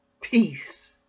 peace